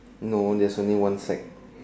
no there's only one sack